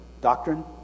Doctrine